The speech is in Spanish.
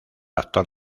actor